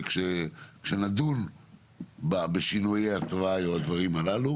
כשנדון בשינויי התוואי או הדברים הללו,